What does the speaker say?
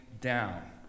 down